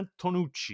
Antonucci